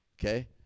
Okay